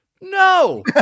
No